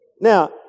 Now